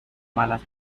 malas